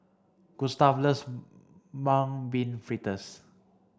Gustav loves mung bean fritters